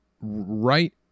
right